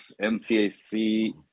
MCAC-